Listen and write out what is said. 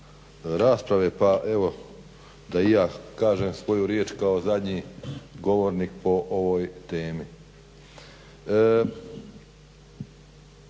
rasprave pa evo da i ja kažem svoju riječ kao zadnji govornik po ovoj temi.